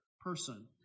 person